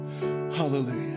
Hallelujah